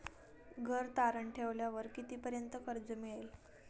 घर तारण ठेवल्यावर कितीपर्यंत कर्ज मिळेल?